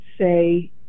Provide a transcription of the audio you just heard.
say